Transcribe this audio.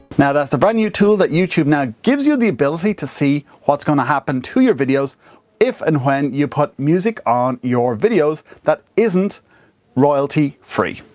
now, that's the brand new tool that youtube now, gives you the ability to see what's going to happen to your videos if and when you put music on your videos that isn't royalty free.